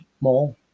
more